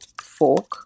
Fork